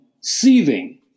seething